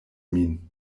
min